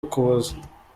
ukuboza